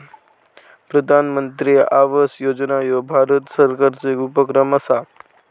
प्रधानमंत्री आवास योजना ह्यो भारत सरकारचो येक उपक्रम असा